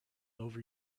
over